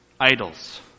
idols